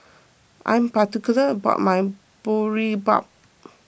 I am particular about my Boribap